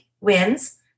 wins